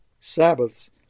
Sabbaths